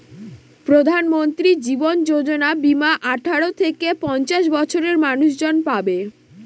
প্রধানমন্ত্রী জীবন যোজনা বীমা আঠারো থেকে পঞ্চাশ বছরের মানুষজন পাবে